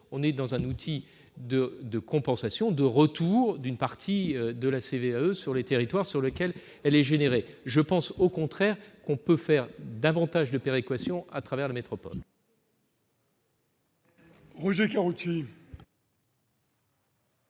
s'agit d'un outil de compensation, de retour d'une partie de la CVAE vers les territoires sur lesquels elle est générée. Raison de plus ! Je pense, au contraire, qu'on peut faire davantage de péréquation à travers la métropole.